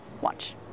Watch